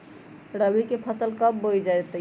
रबी की फसल कब बोई जाती है?